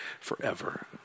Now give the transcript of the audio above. forever